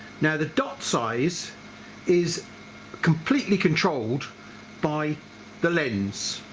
now the dot size is completely controlled by the lens,